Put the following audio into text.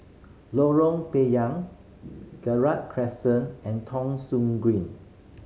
Lorong Payah Gerald Crescent and Thong Soon Green